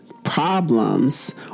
problems